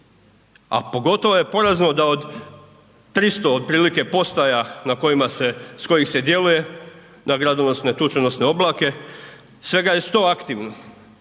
A pogotovo je porazno da od 300 otprilike postaja s kojih se djeluje na gradonosne, tučonosne oblake, svega je 100 aktivno,